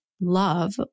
love